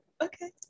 okay